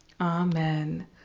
Amen